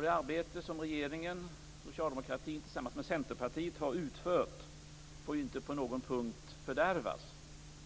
Det arbete som regeringen, socialdemokratin tillsammans med Centerpartiet, har utfört får inte på någon punkt fördärvas.